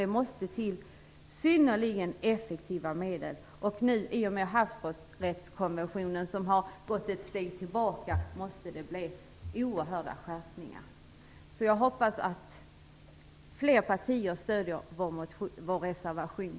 Det måste till synnerligen effektiva medel. I och med havsrättskonventionen, som har gått ett steg tillbaka, måste det bli oerhörda skärpningar. Jag hoppas att fler partier stöder vår reservation.